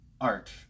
art